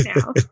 now